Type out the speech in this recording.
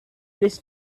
this